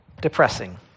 depressing